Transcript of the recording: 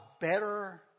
better